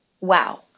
Wow